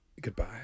goodbye